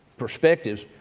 perspectives,